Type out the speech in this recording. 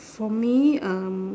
for me um